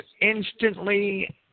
instantly